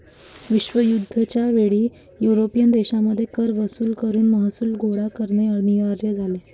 विश्वयुद्ध च्या वेळी युरोपियन देशांमध्ये कर वसूल करून महसूल गोळा करणे अनिवार्य झाले